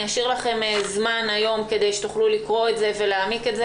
אני אשאיר לכם זמן היום כדי שתוכלו לקרוא את זה ולהעמיק בזה,